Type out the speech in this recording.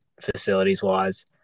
facilities-wise